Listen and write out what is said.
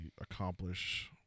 accomplish